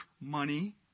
money